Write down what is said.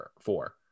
four